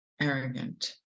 arrogant